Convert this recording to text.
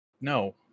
No